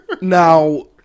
Now